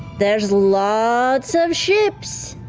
there's lots of ships,